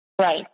Right